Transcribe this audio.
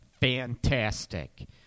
fantastic